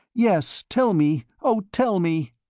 yes, tell me, oh, tell me!